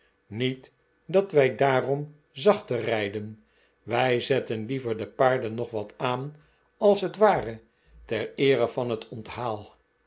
niet dat wij daarom zachter rijdenj wij zetten liever de paarden nog wat aan als het ware ter eere van het onthaal